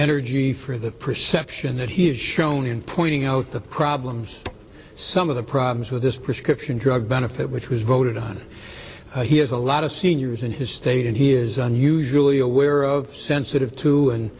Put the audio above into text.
energy for the perception that he has shown in pointing out the problems some of the problems with this prescription drug benefit which was voted on he has a lot of seniors in his state and he is unusually aware of sensitive to and